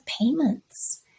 payments